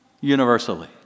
Universally